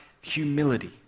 humility